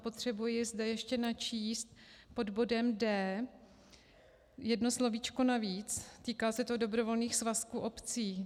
Potřebuji zde ještě načíst pod bodem d) jedno slovíčko navíc, týká se to dobrovolných svazků obcí.